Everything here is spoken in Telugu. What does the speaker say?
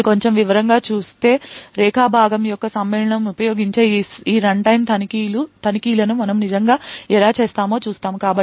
ఇప్పుడు కొంచెం వివరంగా చూస్తే segment matching ఉపయోగించి ఈ రన్ టైం తనిఖీలను మనము నిజంగా ఎలా చేస్తామో చూస్తాము